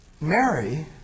Mary